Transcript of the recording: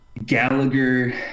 Gallagher